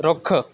ਰੁੱਖ